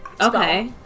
Okay